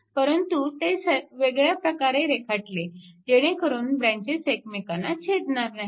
परंतु ते वेगळ्या प्रकारे रेखाटले जेणेकरून ब्रॅंचेस एकमेकांना छेदणार नाहीत